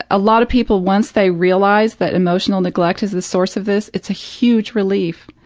a lot of people, once they realize that emotional neglect is the source of this, it's a huge relief,